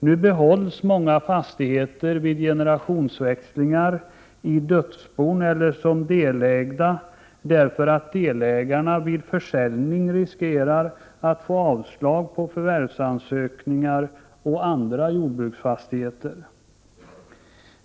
Nu behålls många fastigheter vid generationsväxlingar i dödsbon eller som delägda därför att delägarna vid försäljning riskerar att få avslag på förvärvsansökan å annan jordbruksfastighet.